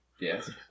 Yes